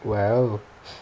!wow!